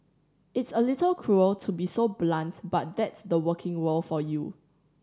it's a little cruel to be so blunt but that's the working world for you